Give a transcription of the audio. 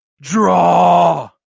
draw